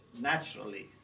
naturally